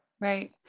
Right